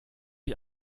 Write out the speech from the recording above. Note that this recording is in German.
ich